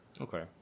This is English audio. Okay